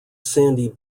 sandy